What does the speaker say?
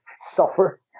suffer